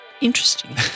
Interesting